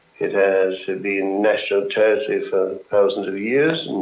it has been national territory for thousands of years.